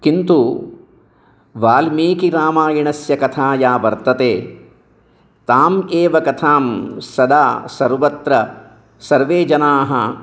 किन्तु वाल्मीकिरामायणस्य कथा या वर्तते ताम् एव कथां सदा सर्वत्र सर्वे जनाः